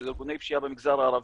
שזה ארגוני פשיעה בחברה הערבית,